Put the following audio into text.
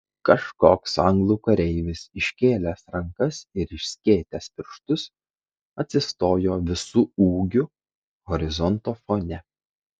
kažkoks anglų kareivis iškėlęs rankas ir išskėtęs pirštus atsistojo visu ūgiu horizonto fone